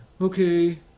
Okay